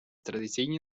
традиційні